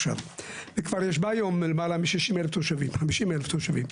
וכבר יש בה היום למעלה מ-50,000 תושבים.